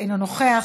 אינו נוכח,